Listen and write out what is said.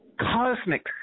cosmic